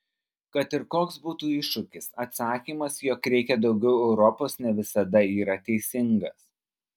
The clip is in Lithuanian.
kad ir koks būtų iššūkis atsakymas jog reikia daugiau europos ne visada yra teisingas